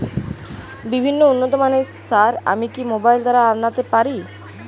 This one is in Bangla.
বিভিন্ন উন্নতমানের সার আমি কি মোবাইল দ্বারা আনাতে পারি?